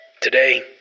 Today